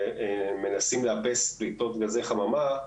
ומנסים לאפס פליטות גזי חממה,